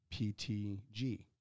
PTG